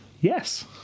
Yes